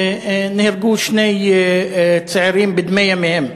נהרגו שני צעירים בדמי ימיהם.